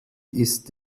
ist